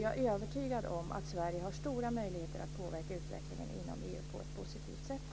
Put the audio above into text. Jag är övertygad om att Sverige har stora möjligheter att påverka utvecklingen inom EU på ett positivt sätt.